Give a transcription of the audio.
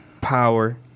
Power